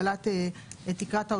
"הבריאות".